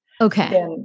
okay